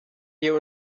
wir